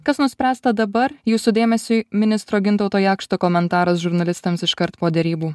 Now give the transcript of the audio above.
kas nuspręsta dabar jūsų dėmesiui ministro gintauto jakšto komentaras žurnalistams iškart po derybų